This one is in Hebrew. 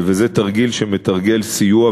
לתרגל סיוע,